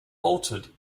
altered